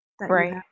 right